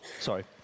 sorry